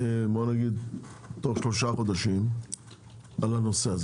בואו נגיד, תוך שלושה חודשים על הנושא הזה.